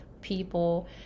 people